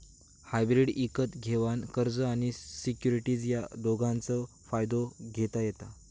hybrid इकत घेवान कर्ज आणि सिक्युरिटीज या दोघांचव फायदो घेता येता